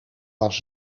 was